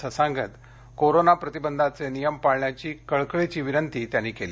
असं सांगत कोरोना प्रतिबंधाचे नियम पाळण्याची कळकळीची विनंती त्यांनी केली